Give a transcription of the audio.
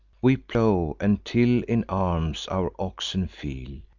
we plow and till in arms our oxen feel,